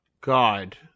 god